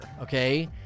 Okay